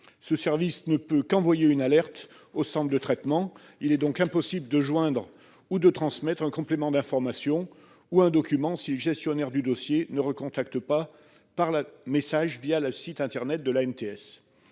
Ce service ne peut qu'envoyer une alerte au centre de traitement. Il est donc impossible de joindre ou de transmettre un complément d'information ou un document, si le gestionnaire du dossier ne recontacte pas le demandeur par message, le site internet de l'ANTS.